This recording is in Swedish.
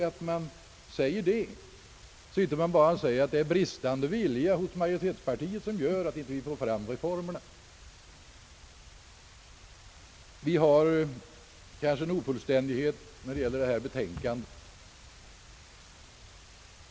Annars brukar det heta att det är bristande vilja hos majoritetspartiet som gör att reformerna fördröjs. I ett avseende är utskottets betänkande ofullständigt.